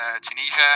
Tunisia